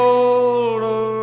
older